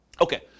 Okay